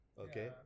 okay